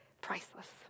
Priceless